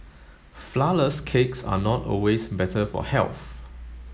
flourless cakes are not always better for health